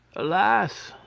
alas!